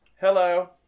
Hello